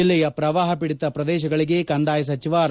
ಜಿಲ್ಲೆಯ ಪ್ರವಾಪ ಪೀಡಿತ ಪ್ರದೇಶಗಳಿಗೆ ಕಂದಾಯ ಸಚಿವ ಆರ್